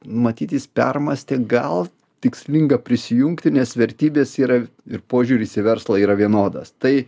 matyt jis permąstė gal tikslinga prisijungti nes vertybės yra ir požiūris į verslą yra vienodas tai